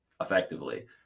effectively